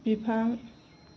बिफां